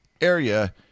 area